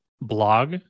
blog